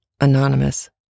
anonymous